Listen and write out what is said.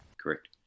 Correct